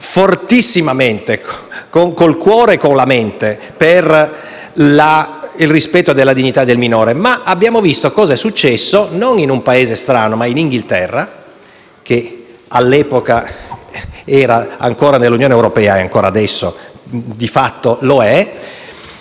fortissimamente, con il cuore e con la mente, per il rispetto della dignità del minore, ma abbiamo visto cosa è successo non in un Paese strano ma nel Regno Unito, che all'epoca era ancora nell'Unione europea e ancora adesso di fatto lo è.